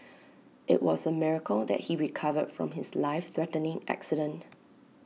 IT was A miracle that he recovered from his life threatening accident